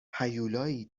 هیولایی